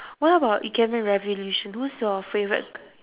what about ikemen-revolution who's your favourite g~